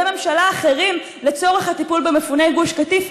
ממשלה אחרים לצורך הטיפול במפוני גוש קטיף,